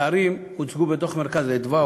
הפערים הוצגו בדוח "מרכז אֶדוה",